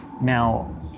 now